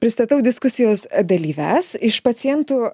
pristatau diskusijos dalyves iš pacientų